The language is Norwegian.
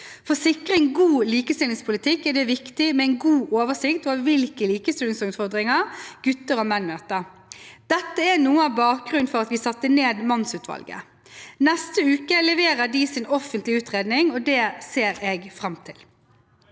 For å sikre en god likestillingspolitikk er det viktig med en god oversikt over hvilke likestillingsutfordringer gutter og menn møter. Dette er noe av bakgrunnen for at vi satte ned mannsutvalget. Neste uke leverer de sin offentlige utredning, og det ser jeg fram til.